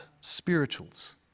spirituals